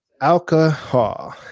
alcohol